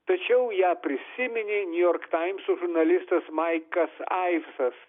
tačiau ją prisiminė new york times žurnalistas maikas aisas